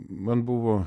man buvo